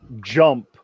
jump